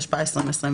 התשפ״א-2021,